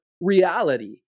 reality